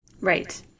right